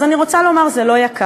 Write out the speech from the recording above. אז אני רוצה לומר: זה לא יקר.